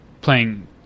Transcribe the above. playing